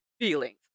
feelings